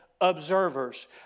observers